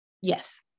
Yes